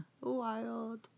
Wild